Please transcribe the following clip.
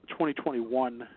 2021